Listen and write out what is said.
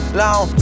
long